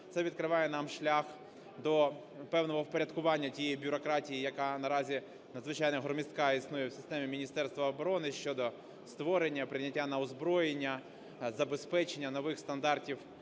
це відкриває нам шлях до певного впорядкування тієї бюрократії, яка наразі надзвичайно громіздка і існує в системі Міністерства оборони щодо створення, прийняття на озброєння, забезпечення нових стандартів